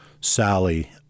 Sally